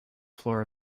floor